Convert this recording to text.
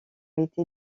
été